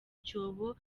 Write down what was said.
cyobo